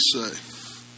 say